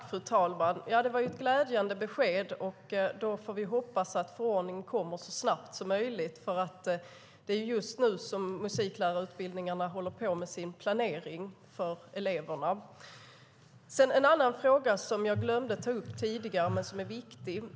Fru talman! Det var ett glädjande besked. Då får vi hoppas att förordningen kommer så snabbt som möjligt. Det är ju just nu som utbildningsanordnarna håller på med sin planering för eleverna. Jag ska ta upp en annan fråga, som jag glömde ta upp tidigare men som är viktig.